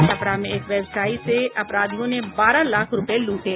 और छपरा में एक व्यवसायी से अपराधियों ने बारह लाख रूपये लूटे